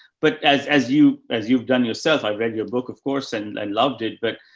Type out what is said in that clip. but as, as you, as you've done yourself, i read your book of course, and i loved it. but,